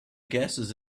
gases